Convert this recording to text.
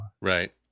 Right